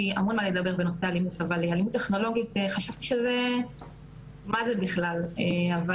אבל כשדיברתי והצגתי את הדברים לפני שהגעתי